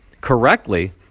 correctly